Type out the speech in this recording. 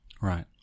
Right